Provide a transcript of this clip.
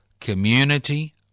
community